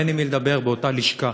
אין עם מי לדבר באותה לשכה.